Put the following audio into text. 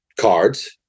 cards